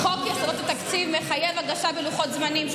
חוק יסודות התקציב מחייב הגשה בלוחות זמנים,